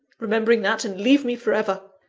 remembering that and leave me for ever!